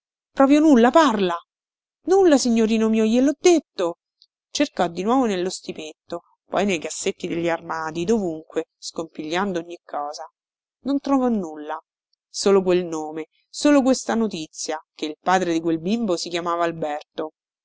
proprio nulla parla nulla signorino mio glielho detto cercò di nuovo nello stipetto poi nei cassetti degli armadii dovunque scompigliando ogni cosa non trovò nulla solo quel nome solo questa notizia che il padre di quel bimbo si chiamava alberto